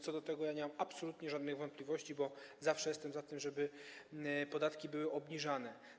Co do tego nie mam absolutnie żadnych wątpliwości, bo zawsze jestem za tym, żeby podatki były obniżane.